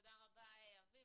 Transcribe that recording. תודה רבה, אביב.